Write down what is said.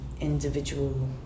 individual